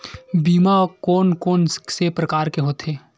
बीमा कोन कोन से प्रकार के होथे?